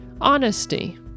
honesty